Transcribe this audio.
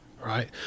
Right